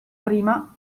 prima